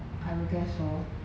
I will guess so